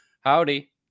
Howdy